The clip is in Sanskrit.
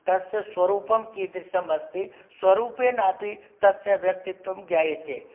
तस्य स्वरूपं कीदृशमस्ति स्वरूपेण अपि तस्य व्यक्तित्वं ज्ञायते